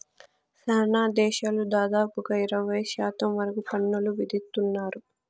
శ్యానా దేశాలు దాదాపుగా ఇరవై శాతం వరకు పన్నులు విధిత్తున్నారు